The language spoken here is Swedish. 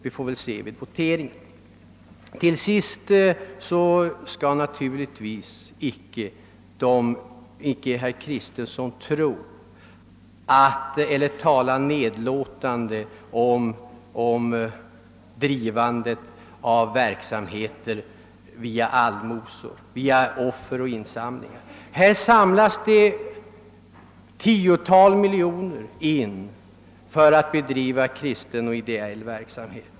Vi får väl se vad som händer vid voteringen. Till sist vill jag vädja till herr Kristenson att inte tala nedlåtande om de verksamheter som bedrives med hjälp av allmosor, offer och insamlingar. Här i landet insamlas ett tiotal miljoner kronor årligen i och för att bedriva kristen och ideell verksamhet.